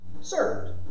served